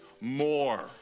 more